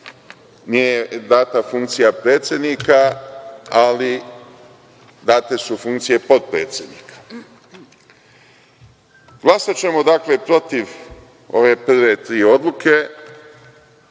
nije data funkcija predsednika, ali date su funkcije potpredsednika. Glasaćemo dakle protiv ove prve tri odluke,